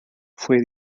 fue